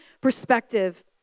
perspective